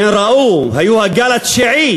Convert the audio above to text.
הן ראו, היו הגל התשיעי